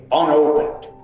unopened